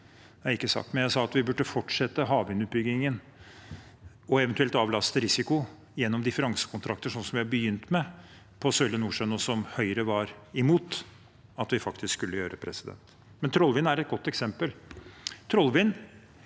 Jeg sa at vi bør fortsette havvindutbyggingen og eventuelt avlaste risiko gjennom differansekontrakter, sånn som vi har begynt med på Sørlige Nordsjø, noe Høyre var imot at vi faktisk skulle gjøre. Trollvind er et godt eksempel.